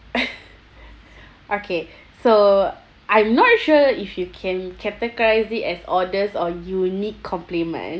okay so I'm not sure if you can categorize it as oddest or unique compliment